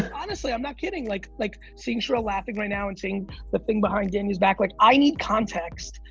and honestly, i'm not kidding. like like seeing sherelle laughing right now, and seeing the thing behind dany's back, like i need context,